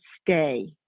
stay